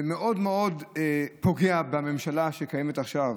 זה מאוד מאוד פוגע בממשלה שקיימת עכשיו.